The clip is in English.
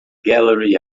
gallery